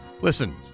Listen